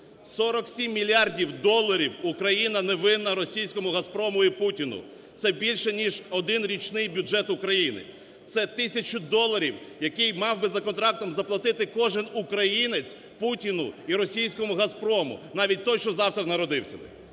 47 мільярдів Україна не винна російському "Газпрому" і Путіну, це більше ніж один річний бюджет України, це тисяча доларів, яку мав би за контрактом заплатити кожен українець Путіну і російському "Газпрому", навіть той, що завтра народився